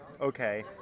Okay